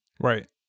Right